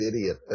idiot